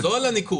אז לא על הניקוד.